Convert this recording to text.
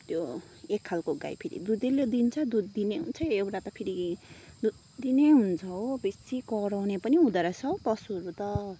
त्यो एक खालको गाई फेरि दुधिलो दिन्छ दुध दिने हुन्छ एउटा फेरि दुध दिने हुन्छ हो बेसी कराउने पनि हुँदो रहेछ हौ पशुहरू त